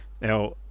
now